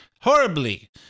horribly